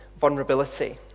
vulnerability